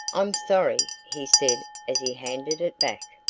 i'm sorry, he said as he handed it back.